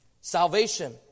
Salvation